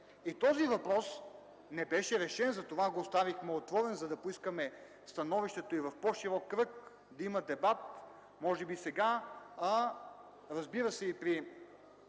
Този въпрос не беше решен, затова го оставихме отворен, за да поискаме становището и от по-широк кръг да има дебат, може би сега, разбира се, и при